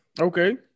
Okay